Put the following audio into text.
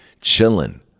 chilling